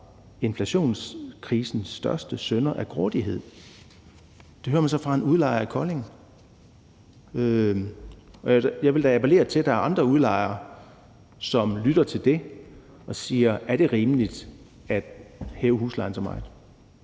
inflationskrisens største synder er grådighed. Det hører man så fra en udlejer i Kolding, og jeg vil da appellere til, at der er andre udlejere, som lytter til det og spørger: Er det rimeligt at hæve huslejen så meget?